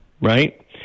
right